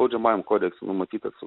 baudžiamajam kodekse numatytas